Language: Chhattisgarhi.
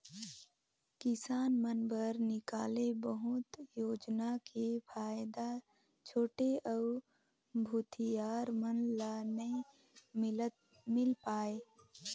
किसान मन बर निकाले बहुत योजना के फायदा छोटे अउ भूथियार मन ल नइ मिल पाये